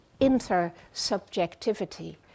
intersubjectivity